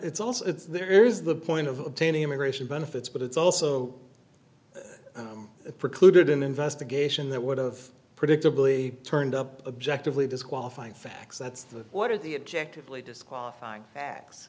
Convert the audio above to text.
it's also there is the point of obtaining immigration benefits but it's also precluded an investigation that would've predictably turned up objectively disqualifying facts that's the what are the objective lay disqualifying acts